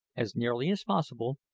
as nearly as possible,